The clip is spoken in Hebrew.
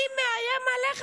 מי מאיים עליך?